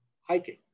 hiking